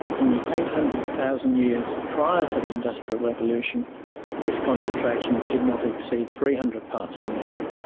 in the eight hundred thousand years prior to the industrial revolution this concentration did not exceed three hundred parts per million.